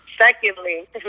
Secondly